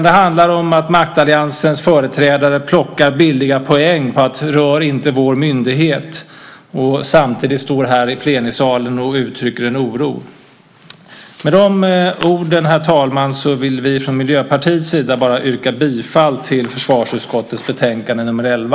Det handlar om att maktalliansens företrädare plockar billiga poäng genom att säga "rör inte vår myndighet", samtidigt som de står här i plenisalen och uttrycker en oro. Herr talman! Med de orden vill vi i Miljöpartiet yrka bifall till förslaget i försvarsutskottets betänkande nr 11.